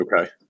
Okay